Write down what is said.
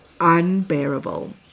unbearable